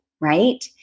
right